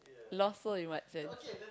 lost souls in what sense